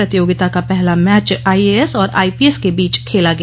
प्रतियोगिता का पहला मैच आईएएस और आईपीएस के बीच खेला गया